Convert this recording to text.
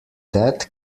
that